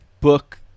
book